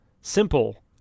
simple